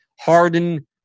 Harden